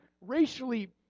racially